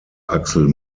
axel